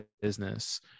business